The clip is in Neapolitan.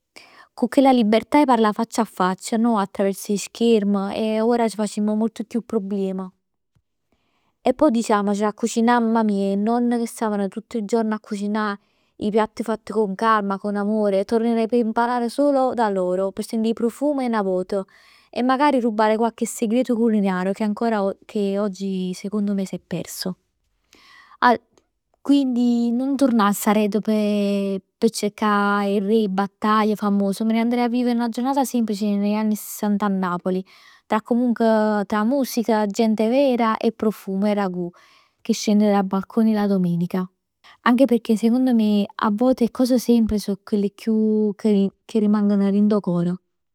Cu chella libertà 'e parlà faccia a faccia, no attraverso 'e scherm. E ora c' facimm molti chiù problem. E pò diciamocelo, a cucinà 'e mamm, 'e nonne che stavano tutt il giorno a cucinà, 'e piatti fatti con calma, con amore, tornerei per imparare solo da loro. P' sentì 'e profum 'e 'na vot. E magari rubare qualche segreto culinario che oggi secondo me si è perso. Quindi nun turnass a'ret p' cercà 'e re, 'e battaglie famose, me ne andrei a vivere 'na giornata semplice negli anni sessanta a Napoli. Ca comunque, tra musica, gente vera e profumo 'e ragù che scende dai balconi la domenica. Anche perchè secondo me a'vvot 'e cose semplici so chelle'llà ca chiù che che rimangono dint 'o core.